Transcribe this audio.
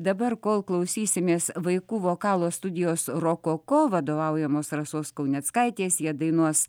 dabar kol klausysimės vaikų vokalo studijos rokoko vadovaujamos rasos kauneckaitės jie dainuos